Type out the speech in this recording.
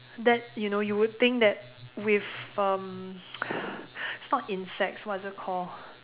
that you know you would think that with um it's not insects what is it call